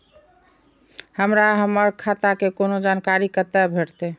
हमरा हमर खाता के कोनो जानकारी कतै भेटतै?